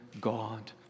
God